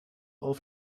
auf